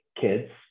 kids